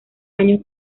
años